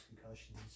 concussions